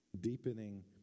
Deepening